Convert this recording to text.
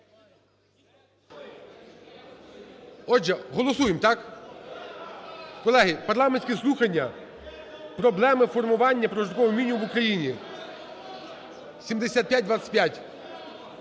Отже, голосуємо, так? Колеги, парламентські слухання: "Проблеми формування прожиткового мінімуму в Україні" (7525).